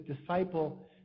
disciple